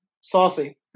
saucy